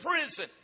prison